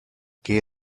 gay